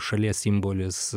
šalies simbolis